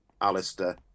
Alistair